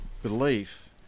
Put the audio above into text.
Belief